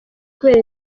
kubera